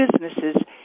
businesses